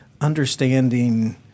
understanding